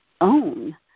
own